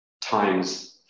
times